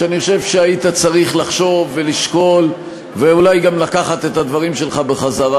שאני חושב שהיית צריך לחשוב ולשקול ואולי גם לקחת את הדברים שלך בחזרה,